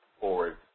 forward